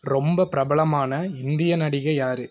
ரொம்ப பிரபலமான இந்திய நடிகை யார்